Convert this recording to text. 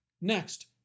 next